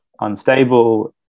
unstable